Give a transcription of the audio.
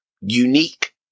unique